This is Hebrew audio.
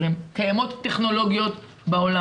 אנחנו בשנת 2020, קיימות טכנולוגיות בעולם,